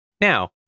Now